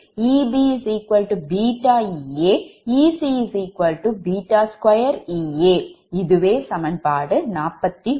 EaEa Eb𝛽Ea Ec 2Ea இதுவே சமன்பாடு 41